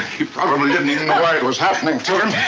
he probably didn't even know why it was happening to him,